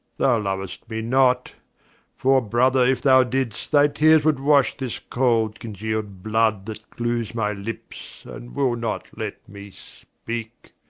thou lou'st me not for, brother, if thou did'st, thy teares would wash this cold congealed blood, that glewes my lippes, and will not let me speake.